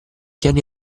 tieni